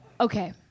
Okay